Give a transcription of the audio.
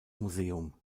museum